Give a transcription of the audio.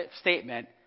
statement